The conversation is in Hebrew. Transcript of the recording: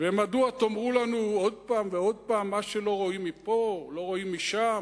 ומדוע תאמרו לנו עוד פעם ועוד פעם: מה שלא רואים מפה לא רואים משם,